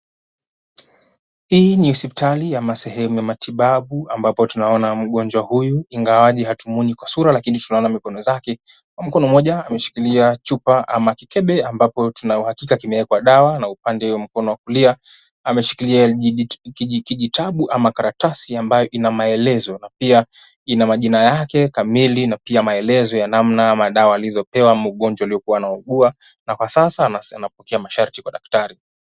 Hii ni hospitali ya masehemu ya matibabu ambapo tunaona mgonjwa huyu ingawaje hatumwoni kwa sura lakini tunaona mikono yake. Kwa mkono moja ameshikilia chupa ama kikebe ambapo tuna uhakika kimewekwa dawa na upande huo mkono wa kulia ameshikilia kijitabu ama karatasi ambayo ina maelezo na pia ina majina yake kamili na pia maelezo ya namna madawa alizopewa ama ugonjwa aliyekuwa anaugua na kwa sasa anapokea masharti kwa daktari.